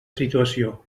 situació